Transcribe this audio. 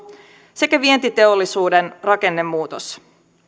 sekä vientiteollisuuden rakennemuutos